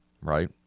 right